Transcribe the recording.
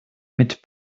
mit